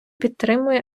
підтримує